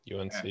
UNC